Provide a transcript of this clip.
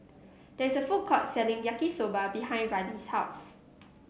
there is a food court selling Yaki Soba behind Riley's house